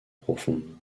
profondes